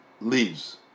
leaves